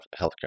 Healthcare